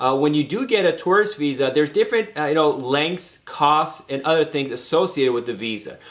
ah when you do get a tourist visa, there's different, you know, lengths, costs and other things associated with the visa.